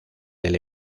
del